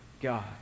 God